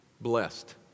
blessed